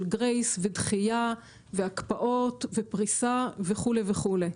של גרייס ודחייה והקפאות ופריסה וכו' וכו'.